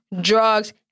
drugs